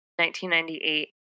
1998